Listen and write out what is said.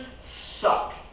suck